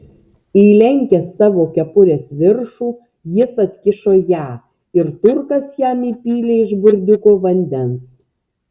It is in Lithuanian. įlenkęs savo kepurės viršų jis atkišo ją ir turkas jam įpylė iš burdiuko vandens